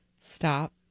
Stop